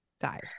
guys